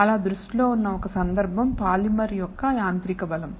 అలా దృష్టి లో ఉన్న ఒక సందర్భం పాలిమర్ యొక్క యాంత్రిక బలం